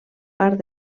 part